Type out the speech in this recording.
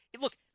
Look